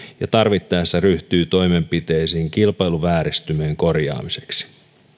ja tarvittaessa ryhtyy toimenpiteisiin kilpailuvääristymien korjaamiseksi